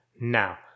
Now